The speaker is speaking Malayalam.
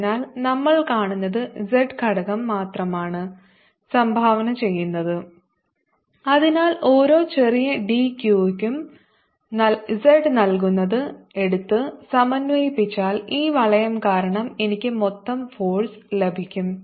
അതിനാൽ നമ്മൾ കാണുന്നത് z ഘടകം മാത്രമാണ് സംഭാവന ചെയ്യുന്നത് അതിനാൽ ഓരോ ചെറിയ d q ക്കും z നൽകുന്നത് എടുത്ത് സമന്വയിപ്പിച്ചാൽ ഈ വളയം കാരണം എനിക്ക് മൊത്തം ഫോഴ്സ് ലഭിക്കും